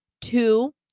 two